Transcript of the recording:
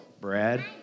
Brad